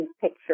picture